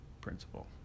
principle